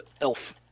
elf